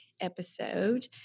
episode